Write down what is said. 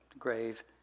grave